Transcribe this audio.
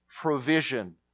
provision